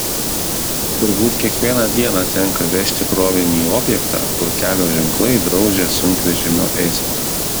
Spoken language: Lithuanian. turbūt kiekvieną dieną tenka vežti krovinį į objektą kur kelio ženklai draudžia sunkvežimio eismą